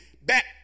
back